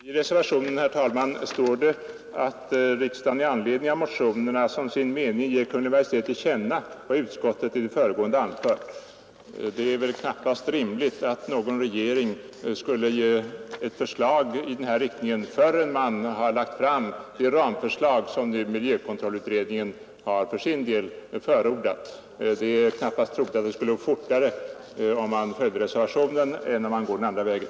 Herr talman! I reservationen står det att riksdagen i anledning av motionerna som sin mening ger Kungl. Maj:t till känna vad utskottet i det föregående anfört. Det är knappast rimligt att någon regering skall komma med ett förslag i denna riktning förrän man lagt fram det ramförslag som miljökontrollutredningen för sin del förordat. Det är knappast troligt att det skulle gå fortare om man följde reservationen än om man går den andra vägen.